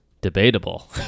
debatable